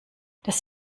das